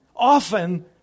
often